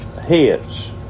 heads